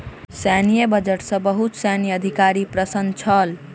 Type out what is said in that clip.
सैन्य बजट सॅ बहुत सैन्य अधिकारी प्रसन्न छल